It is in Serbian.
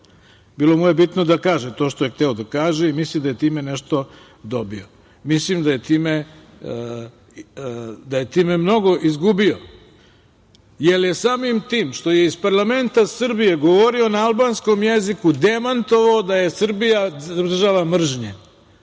Bilo mu je bitno da kaže to što je hteo da kaže i misli da je time nešto dobio. Mislim da je time mnogo izgubio jer je samim tim što je iz parlamenta Srbije govorio na albanskom jeziku demantovao da je Srbija država mržnje,